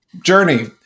journey